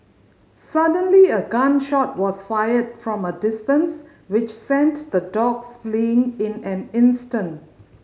suddenly a gun shot was fired from a distance which sent the dogs fleeing in an instant